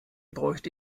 bräuchte